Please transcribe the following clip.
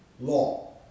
law